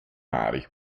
mari